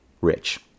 rich